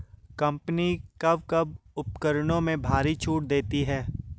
Company कब कब उपकरणों में भारी छूट देती हैं?